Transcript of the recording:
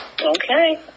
Okay